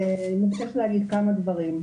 אני ארצה להגיד כמה דברים.